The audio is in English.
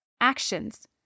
Actions